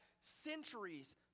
centuries